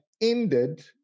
ended